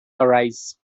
arise